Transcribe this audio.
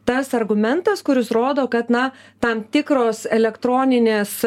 tas argumentas kuris rodo kad na tam tikros elektroninės